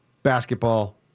basketball